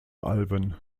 alben